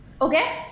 okay